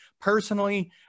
personally